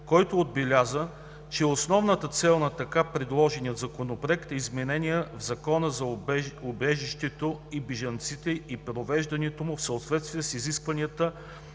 който отбеляза, че основната цел на така предложения законопроект е изменения в Закона за убежището и бежанците и привеждането му в съответствие с изискванията